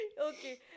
okay